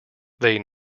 they